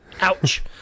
ouch